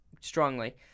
strongly